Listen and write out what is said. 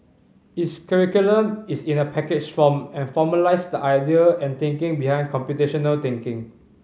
its curriculum is in a packaged form and formalised the idea and thinking behind computational thinking